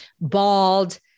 bald